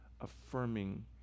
affirming